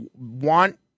want